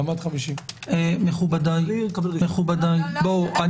--- מכובדיי, אני